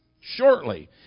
Shortly